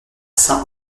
saint